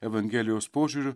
evangelijos požiūriu